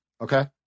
Okay